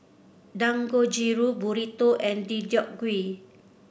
Dangojiru Burrito and Deodeok Gui